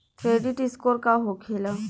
Credit score का होखेला?